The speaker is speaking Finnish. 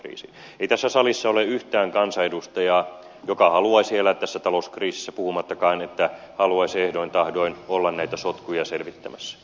ei tässä salissa ole yhtään kansanedustajaa joka haluaisi elää tässä talouskriisissä puhumattakaan että haluaisi ehdoin tahdoin olla näitä sotkuja selvittämässä